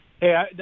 Hey